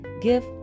give